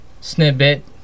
snippet